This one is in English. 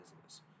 business